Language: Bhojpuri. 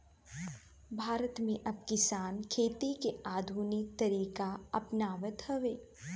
भारत में अब किसान खेती के आधुनिक तरीका अपनावत हवे